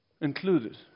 included